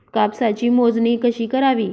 कापसाची मोजणी कशी करावी?